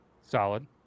Solid